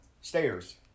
stairs